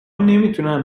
نمیتونن